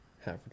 half